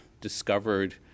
discovered